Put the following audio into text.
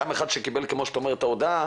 גם אחד שקיבל כמו שאתה אומר את ההודעה,